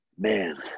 man